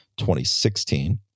2016